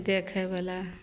देखयवला